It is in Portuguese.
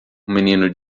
menino